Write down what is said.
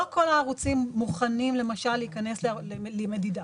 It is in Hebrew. לא כל הערוצים מוכנים להיכנס למדידה.